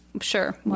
Sure